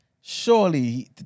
surely